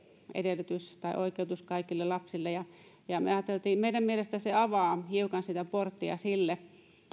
edellytys tai oikeutus kaikille lapsille meidän mielestämme se avaa hiukan sitä porttia sille että